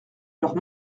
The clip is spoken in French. leurs